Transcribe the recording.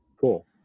Cool